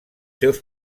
seus